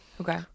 Okay